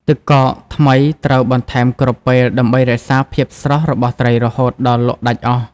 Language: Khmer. ទឹកកក ថ្មីត្រូវបន្ថែមគ្រប់ពេលដើម្បីរក្សាភាពស្រស់របស់ត្រីរហូតដល់លក់ដាច់អស់។